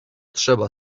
trzeba